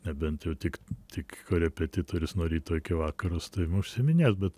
nebent jau tik tik korepetitorius nuo ryto iki vakaro su tavim užsiiminės bet